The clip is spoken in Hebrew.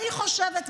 אני חושבת,